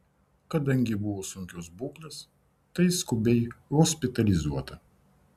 kadangi buvo sunkios būklės tai skubiai hospitalizuota